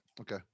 okay